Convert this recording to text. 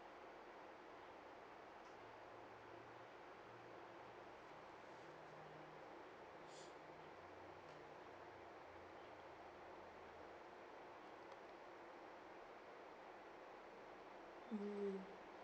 mm